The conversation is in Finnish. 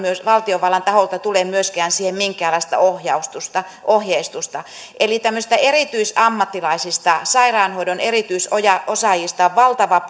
valtiovallan taholta tule myöskään siihen minkäänlaista ohjeistusta ohjeistusta tämmöisistä erityisammattilaisista sairaanhoidon erityisosaajista on valtava